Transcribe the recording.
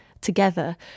together